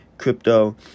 Crypto